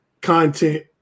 content